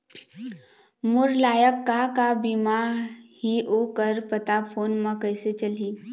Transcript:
मोर लायक का का बीमा ही ओ कर पता फ़ोन म कइसे चलही?